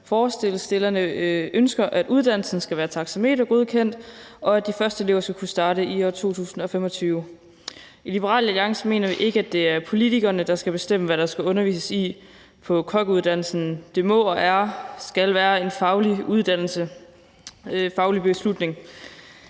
Forslagsstillerne ønsker, at uddannelsen skal være taxametergodkendt, og at de første elever skal kunne starte i år 2025. I Liberal Alliance mener vi ikke, at det er politikerne, der skal bestemme, hvad der skal undervises i på kokkeuddannelsen. Det må og skal være en faglig beslutning.